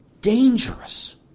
dangerous